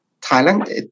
Thailand